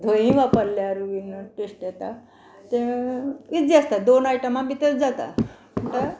धंयी वापरल्यार बीन टेस्ट येता तें इजी आसता दोन आयटमा भितर जाता